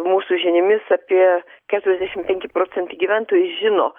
mūsų žiniomis apie keturiasdešimt penki procentai gyventojų žino